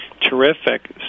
Terrific